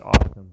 awesome